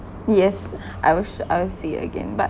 yes I wish I will see it again but